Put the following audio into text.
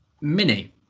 mini